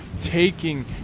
taking